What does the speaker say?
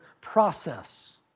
process